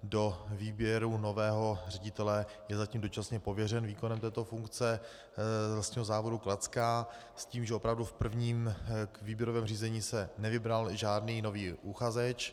Do výběru nového ředitele je zatím dočasně pověřen výkonem této funkce Lesního závodu Kladská s tím, že opravdu v prvním výběrovém řízení se nevybral žádný nový uchazeč.